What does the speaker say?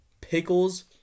pickles